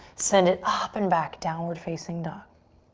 send it up and back, downward facing dog.